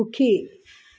সুখী